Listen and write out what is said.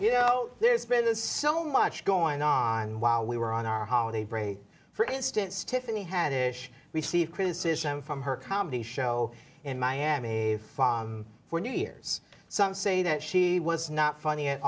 you know there's been so much going on while we were on our holiday break for instance tiffany had received criticism from her comedy show in miami for new years some say that she was not funny at